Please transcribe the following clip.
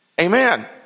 Amen